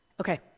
Okay